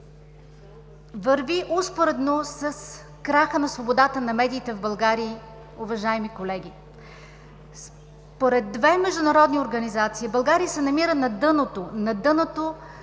върви успоредно с краха на свободата на медиите в България, уважаеми колеги. Според две международни организации България се намира на дъното по